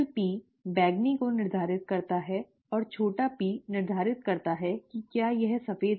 P बैंगनी को निर्धारित करता है और छोटा p निर्धारित करता है कि क्या यह सफेद है